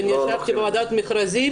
אני ישבתי בוועדת מכרזים,